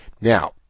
Now